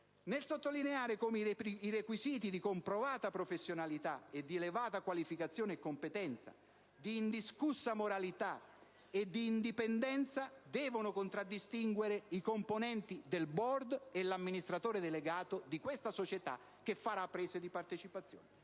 sottolineando che i requisiti di comprovata professionalità e di elevata qualificazione e competenza, di indiscussa moralità e di indipendenza devono contraddistinguere i componenti del *board* e l'amministratore delegato di questa società che acquisirà le partecipazioni,